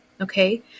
okay